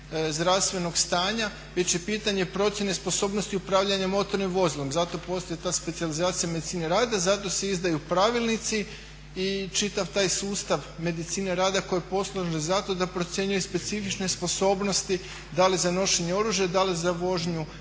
zdravstvenog stanja već je pitanje procjene sposobnosti upravljanjem motornim vozilom. Zato postoji ta specijalizacija medicine rada, zato se izdaju pravilnici i čitav taj sustav medicine rada koji je posložen zato da procjenjuje specifične sposobnosti da li za nošenje oružja, da li za vožnju